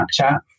Snapchat